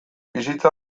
bizitza